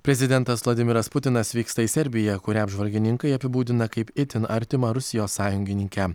prezidentas vladimiras putinas vyksta į serbiją kurią apžvalgininkai apibūdina kaip itin artimą rusijos sąjungininkę